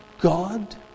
God